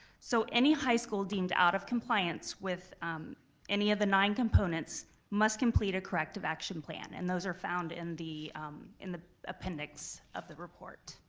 so any high school deemed out of compliance with any of the nine components must complete a corrective action plan, and those are found in the in the appendix of the report.